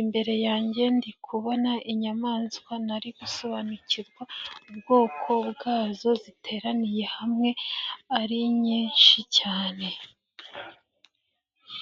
imbere yanjye ndi kubona inyamaswa ntari gusobanukirwa ubwoko bwazo, ziteraniye hamwe ari nyinshi cyane.